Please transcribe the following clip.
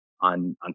on